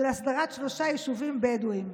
להסדרת שלושה יישובים בדואיים,